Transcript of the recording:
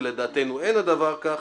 ולדעתנו אין הדבר כך,